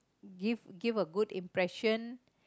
give give a good impression